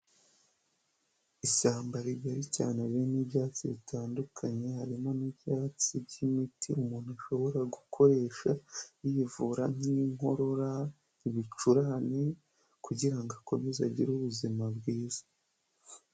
Ishyamba rigari cyane ririmo ibyatsi bitandukanye, harimo n'ibyatsi by'imiti umuntu ashobora gukoresha yivura nk'inkorora, ibicurane kugira ngo akomeze agire ubuzima bwiza.